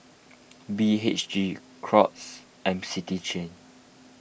B H G Crocs and City Chain